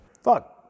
Fuck